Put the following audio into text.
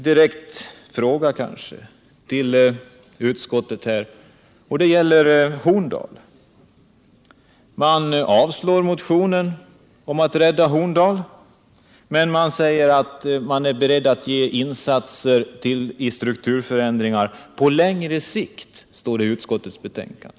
46 motionen om att rädda Horndal men säger att man är beredd att göra insatser till strukturförändringar på längre sikt, som det står i utskottets betänkande.